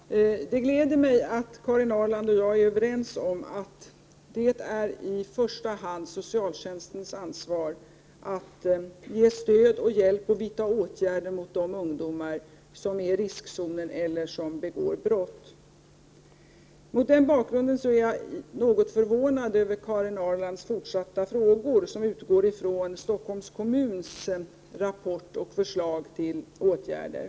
Herr talman! Det gläder mig att Karin Ahrland och jag är överens om att det är i första hand socialtjänstens ansvar att ge stöd och hjälp och vidta åtgärder mot de ungdomar som är i riskzonen eller begår brott. Mot den bakgrunden är jag något förvånad över Karin Ahrlands fortsatta frågor, vilka utgår från Stockholms kommuns rapport och förslag till åtgärder.